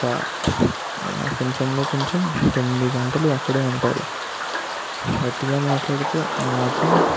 చా కొంచెంలో కొంచెం తొమ్మిది గంటలు అక్కడే ఉంటారు గట్టిగా మాట్లాడితే ఆ మాత్రం